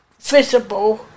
visible